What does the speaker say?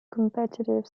competitive